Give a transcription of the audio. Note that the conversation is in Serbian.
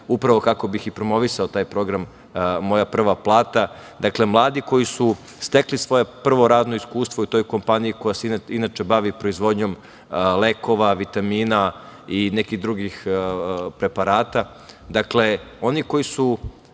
upravo kako bih i promovisao taj program „Moja prva plata“. Mladi koji su stekli svoje prvo radno iskustvo u toj kompaniji koja se inače bavi proizvodnjom lekova, vitamina i drugih preparata, oni koji su